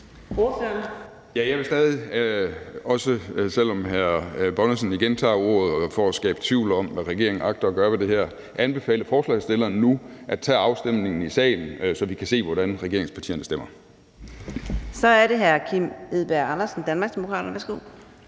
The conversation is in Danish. Jeg vil stadig – også selv om hr. Erling Bonnesen igen tager ordet for at skabe tvivl om, hvad regeringen agter at gøre ved det her – anbefale forslagsstilleren nu at tage afstemningen i salen, så vi kan se, hvordan regeringspartierne stemmer. Kl. 13:23 Fjerde næstformand